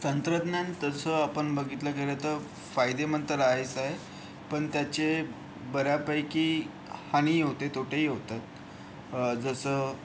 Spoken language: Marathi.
तंत्रज्ञान तसं आपण बघितलं गेलं तर फायदेमंद तर आहेच आहे पण त्याचे बऱ्यापैकी हानी होते तोटेही होतात जसं